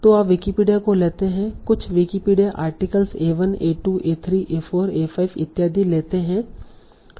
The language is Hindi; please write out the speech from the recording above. तो आप विकिपीडिया को लेते हैं और कुछ Wikipedia articles a1 a2 a3 a4 a5 इत्यादि लेते हैं